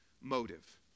motive